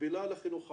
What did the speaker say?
מקבילה לחינוך הערבי.